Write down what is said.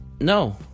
No